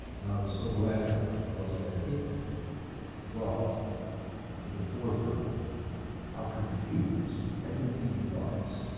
and i was so glad about was that it brought to the forefront how confused everything was.